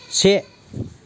से